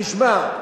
תשמע,